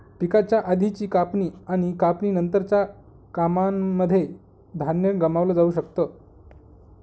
पिकाच्या आधीची कापणी आणि कापणी नंतरच्या कामांनमध्ये धान्य गमावलं जाऊ शकत